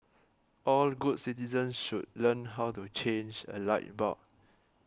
all good citizens should learn how to change a light bulb